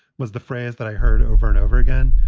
was the phrase that i heard over and over again.